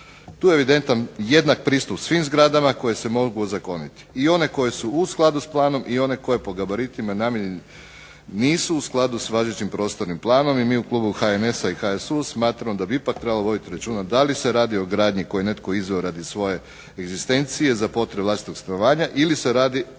Tu je evidentan jednak pristup svim zgradama koje se mogu ozakoniti, i one koje su u skladu s planom, i one koje po gabaritima namijenjenim nisu u skladu s važećim prostornim planom i mi u klubu HNS-a, HSU smatramo da bi ipak trebalo voditi računa da li se radi o gradnji koju je netko izveo radi svoje egzistencije, za potrebe vlastitog stanovanja, ili se radi